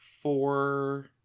four